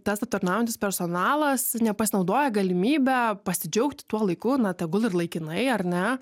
tas aptarnaujantis personalas nepasinaudoja galimybe pasidžiaugti tuo laiku na tegul ir laikinai ar ne